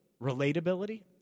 Relatability